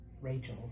rachel